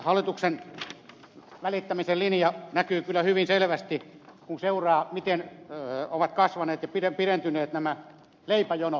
hallituksen välittämisen linja näkyy kyllä hyvin selvästi kun seuraa miten ovat kasvaneet ja pidentyneet nämä leipäjonot